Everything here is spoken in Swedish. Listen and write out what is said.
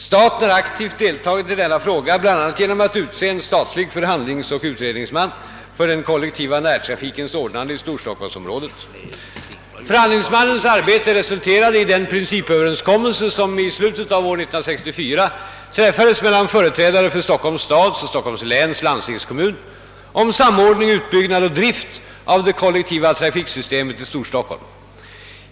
Staten har aktivt deltagit i denna fråga, bl.a. genom att utse en statlig förhandlingsoch utredningsman för den kollektiva närtrafikens ordnande i storstockholmsområdet. Förhandlingsmannens arbete resulterade i den principöverenskommelse som i slutet av år 1964 träffades mellan företrädare för Stockholms stad och Stockholms läns landstingskommun om samordning, utbyggnad och drift av det kollektiva trafiksystemet i Storstockholm.